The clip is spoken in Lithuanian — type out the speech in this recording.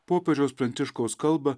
popiežiaus pranciškaus kalbą